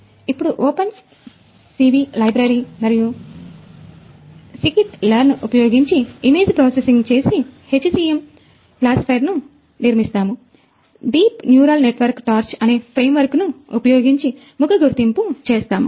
ఇప్పుడు మనము మస్కిటో చేస్తాము